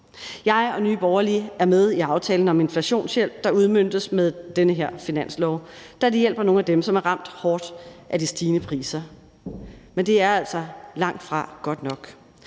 Jeg og Nye Borgerlige er med i aftalen om inflationshjælp, der udmøntes med den her finanslov, da det hjælper nogle af dem, som er ramt hårdt af de stigende priser. Men det er altså langtfra godt nok.